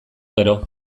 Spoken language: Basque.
gero